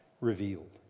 revealed